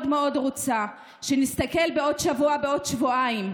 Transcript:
מאוד מאוד רוצה, שנסתכל בעוד שבוע, בעוד שבועיים,